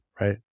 right